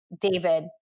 David